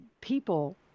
people